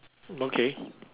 okay